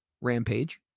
Rampage